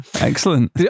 excellent